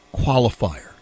qualifier